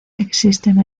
existen